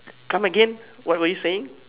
come again what were you saying